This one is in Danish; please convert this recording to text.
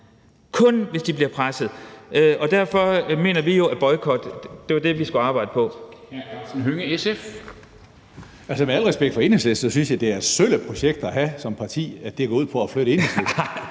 kun, hvis de bliver presset. Og derfor mener vi jo, at en boykot var det, vi skulle arbejde på.